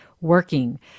working